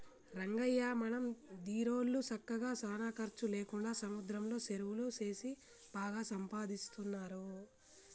రంగయ్య మన దీరోళ్ళు సక్కగా సానా ఖర్చు లేకుండా సముద్రంలో సెరువులు సేసి బాగా సంపాదిస్తున్నారు